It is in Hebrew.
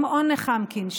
שמעון נחמקין,